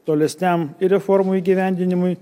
tolesniam reformų įgyvendinimui